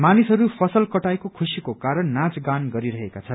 मानिसहरू फसल कटाईको खुश्रीको क्वरण नाचगान गरिरहेका छन्